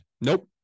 Nope